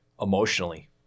emotionally